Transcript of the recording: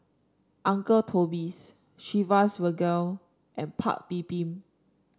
Uncle Toby's Chivas Regal and Paik's Bibim